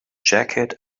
jacket